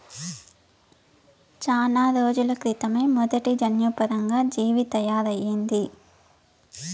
చానా రోజుల క్రితమే మొదటి జన్యుపరంగా జీవి తయారయింది